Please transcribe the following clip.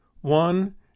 One